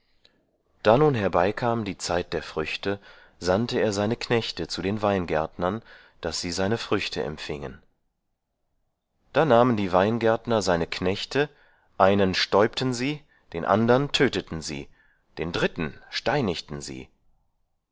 da nun herbeikam die zeit der früchte sandte er seine knechte zu den weingärtnern daß sie seine früchte empfingen da nahmen die weingärtner seine knechte einen stäupten sie den andern töteten sie den dritten steinigten sie